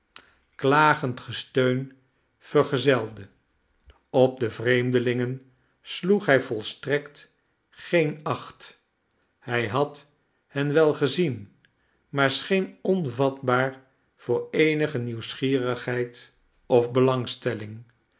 gesteun vergezelde op de vreemdelingen sloeg hij volstrekt geen acht hij had hen wel gezien maar scheen onvatbaar voor eenige nieu wsgierigheid of belangstelling